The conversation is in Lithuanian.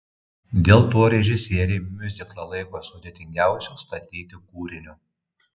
dėl to režisieriai miuziklą laiko sudėtingiausiu statyti kūriniu